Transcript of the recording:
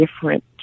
different